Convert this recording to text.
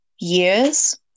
years